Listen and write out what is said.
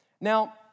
Now